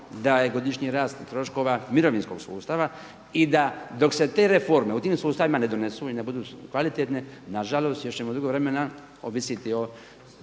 da je godišnji rast troškova mirovinskog sustava i dok se te reforme u tim sustavima ne donesu i ne budu kvalitetne, nažalost još ćemo dugo vremena ovisiti o